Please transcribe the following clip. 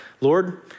Lord